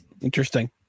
interesting